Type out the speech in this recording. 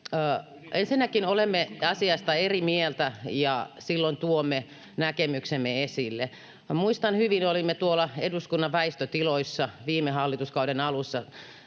Ensinnäkin olemme asioista eri mieltä ja silloin tuomme näkemyksemme esille. Muistan hyvin, kun olimme tuolla eduskunnan väistötiloissa viime hallituskauden alussa,